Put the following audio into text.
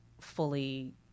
fully